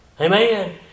Amen